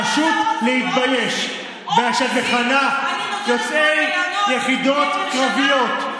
פשוט להתבייש שאת מכנה יוצאי יחידות קרביות,